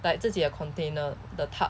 like 自己的 container the tub